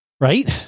Right